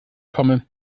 komme